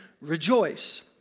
rejoice